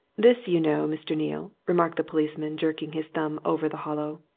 this, you know, mr. neale, remarked the policeman, jerking his thumb over the hollow,